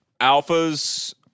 alphas